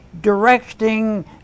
directing